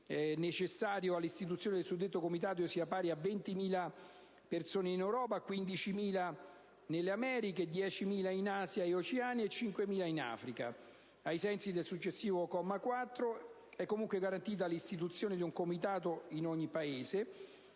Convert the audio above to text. necessario all'istituzione di suddetti comitati sia pari a 20.000 persone in Europa, 15.000 nelle Americhe, 10.000 in Asia e Oceania e 5.000 in Africa. Ai sensi del successivo comma 4 è comunque garantita l'istituzione di un Comitato in ogni Paese